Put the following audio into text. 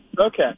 Okay